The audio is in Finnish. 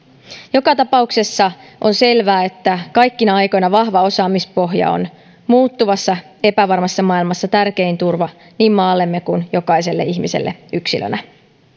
joka tapauksessa on selvää että kaikkina aikoina vahva osaamispohja on muuttuvassa epävarmassa maailmassa tärkein turva niin maallemme kuin jokaiselle ihmiselle yksilönä